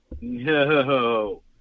no